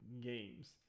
games